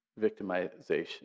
victimization